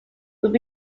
would